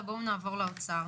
עם זאת,